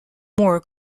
more